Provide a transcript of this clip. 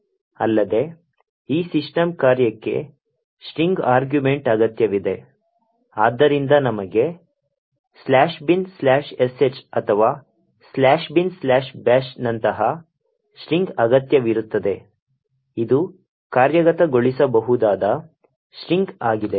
ಅಲ್ಲದೆ ಈ ಸಿಸ್ಟಮ್ ಕಾರ್ಯಕ್ಕೆ ಸ್ಟ್ರಿಂಗ್ ಆರ್ಗ್ಯುಮೆಂಟ್ ಅಗತ್ಯವಿದೆ ಆದ್ದರಿಂದ ನಮಗೆ binsh ಅಥವಾ binbash ನಂತಹ ಸ್ಟ್ರಿಂಗ್ ಅಗತ್ಯವಿರುತ್ತದೆ ಇದು ಕಾರ್ಯಗತಗೊಳಿಸಬಹುದಾದ ಸ್ಟ್ರಿಂಗ್ ಆಗಿದೆ